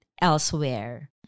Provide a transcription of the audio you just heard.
elsewhere